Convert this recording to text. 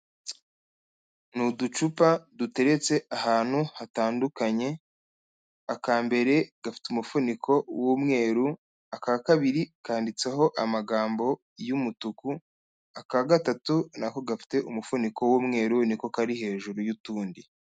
Ni uducupa duteretse ahantu hatandukanye, aka mbere gafite umufuniko w'umweru, aka kabiri kanditseho amagambo y'umutuku, aka gatatu na ko gafite umufuniko w'umweru, ni ko kari hejuru y'utundi.